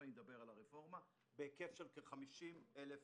אדבר על הרפורמה בהיקף של כ-50,000 ילדים.